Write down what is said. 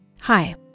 Hi